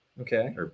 Okay